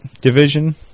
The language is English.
division